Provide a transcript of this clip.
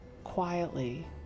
Quietly